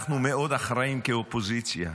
אנחנו מאוד אחראים כאופוזיציה,